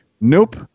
Nope